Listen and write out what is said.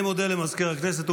עוד אבקש להודיעכם,